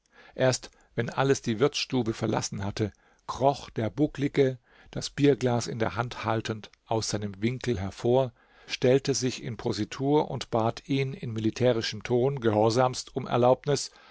erst wenn alles die wirtsstube verlassen hatte kroch der bucklige das bierglas in der hand haltend aus seinem winkel hervor stellte sich in positur und bat ihn in militärischem ton gehorsamst um erlaubnis